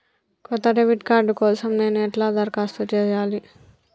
కొత్త debit card కోసం నేను ఎట్లా దరఖాస్తు చేయాలి?